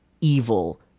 evil